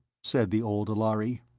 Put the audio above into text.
said the old lhari.